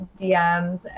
dms